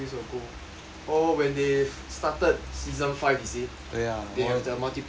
oh when they started season five is it they have the multiplayer right